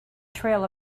trail